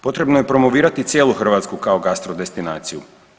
Potrebno je promovirati cijelu Hrvatsku kao gastro destinaciju.